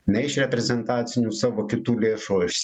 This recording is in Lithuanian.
ne iš reprezentacinių savo kitų lėšų o iš